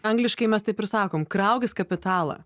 angliškai mes taip ir sakom kraukis kapitalą